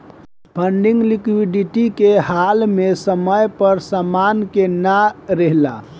funding liquidity के हाल में समय पर समान के ना रेहला